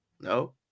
no